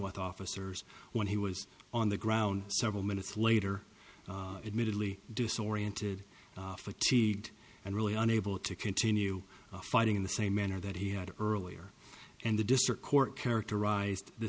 with officers when he was on the ground several minutes later admittedly disoriented fatigued and really unable to continue fighting in the same manner that he had earlier and the district court characterized the